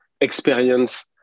experience